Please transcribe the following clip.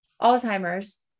Alzheimer's